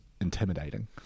intimidating